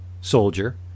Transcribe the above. soldier